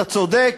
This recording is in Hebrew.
אתה צודק,